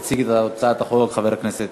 יציג את הצעת החוק חבר הכנסת